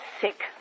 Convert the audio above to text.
sick